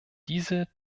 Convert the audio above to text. diese